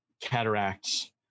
cataracts